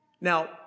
Now